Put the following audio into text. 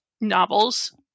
novels